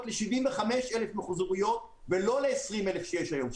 ל-75 אלף מיחזוריות ולא ל-20 אלף שיש היום.